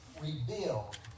rebuild